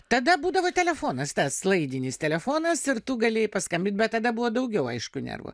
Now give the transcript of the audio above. tada būdavo telefonas tas laidinis telefonas ir tu galėjai paskambint bet tada buvo daugiau aišku nervų